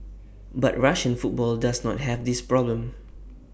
but Russian football does not have this problem